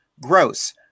Gross